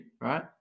right